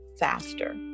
faster